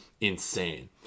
insane